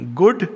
good